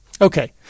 Okay